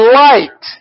light